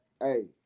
hey